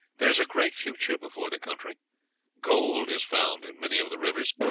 there is a great future before the country gold is found in many of the rivers,